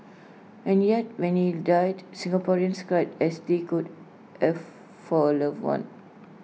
and yet when he died Singaporeans cried as they could F for A loved one